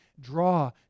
draw